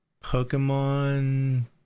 Pokemon